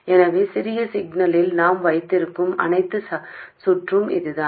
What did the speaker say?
எனவே சிறிய சிக்னலில் நாம் வைத்திருக்கும் அனைத்து சுற்று இதுதான்